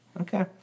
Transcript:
Okay